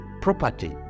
property